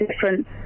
different